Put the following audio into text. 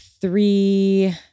three